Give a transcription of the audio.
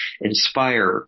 inspire